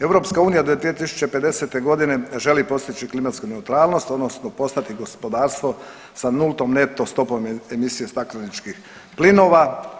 EU do 2050. g. želi postići klimatsku neutralnost odnosno postati gospodarstvo sa nultom neto stopom emisije stakleničkih plinova.